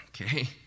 Okay